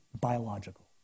biological